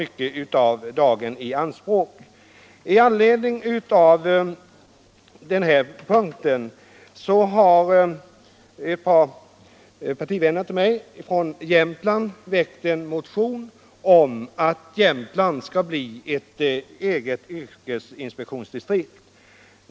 Mot denna bakgrund har ett par partivänner till mig från Jämtland väckt en motion om att Jämtland skall bli ett eget yrkesinspektionsdistrikt.